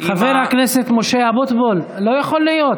חבר הכנסת משה אבוטבול, לא יכול להיות.